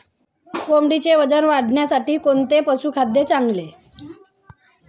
कोंबडीच्या वजन वाढीसाठी कोणते पशुखाद्य चांगले?